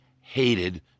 hated